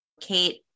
Kate